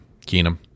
Keenum